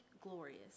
glorious